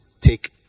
take